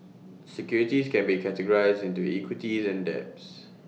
securities can be categorized into equities and debts